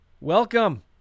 Welcome